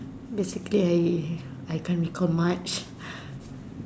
basically I I can't recall much